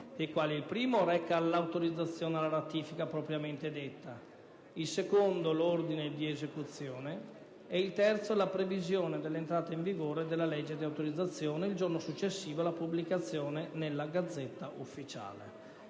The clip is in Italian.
il primo reca l'autorizzazione alla ratifica propriamente detta, il secondo l'ordine di esecuzione ed il terzo la previsione dell'entrata in vigore della legge di autorizzazione il giorno successivo alla pubblicazione nella *Gazzetta Ufficiale*.